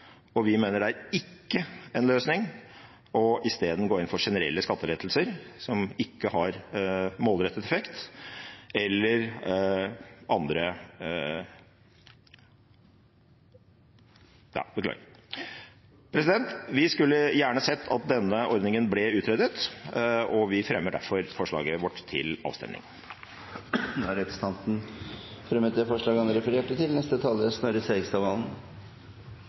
og vi mener det ikke er en løsning i stedet å gå inn for generelle skattelettelser, som ikke har målrettet effekt. Vi skulle gjerne sett at denne ordningen ble utredet, og vi fremmer derfor forslaget vårt. Representanten Rasmus Hansson har tatt opp det forslaget han refererte til.